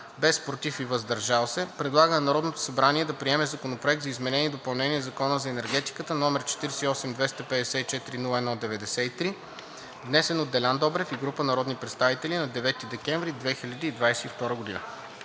без „против“ и „въздържал се“ предлага на Народното събрание да приеме Законопроект за изменение и допълнение на Закона за енергетиката, № 48-254-01-93, внесен от Делян Добрев и група народни представители на 9 декември 2022 г.“